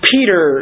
Peter